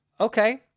Okay